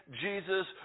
Jesus